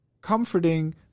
comforting